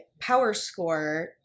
PowerScore